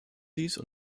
dies